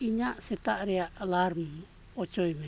ᱤᱧᱟᱹᱜ ᱥᱮᱛᱟᱜ ᱨᱮᱱᱟᱜ ᱮᱞᱟᱨᱢ ᱚᱪᱚᱜᱽᱢᱮ